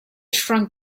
shrunk